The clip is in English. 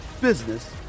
business